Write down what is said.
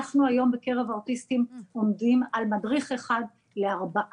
אנחנו היום בקרב האוטיסטים עומדים על מדריך אחד לארבעה.